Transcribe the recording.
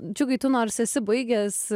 džiugai tu nors esi baigęs